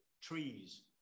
trees